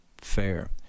fair